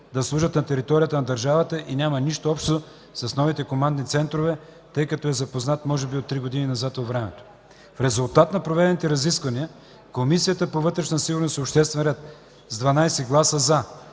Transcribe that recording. да служат на територията на държавата и няма нищо общо с новите командни центрове, тъй като е започнат може би три години назад във времето. В резултат на проведените разисквания, Комисията по вътрешна сигурност и обществен ред с 12 гласа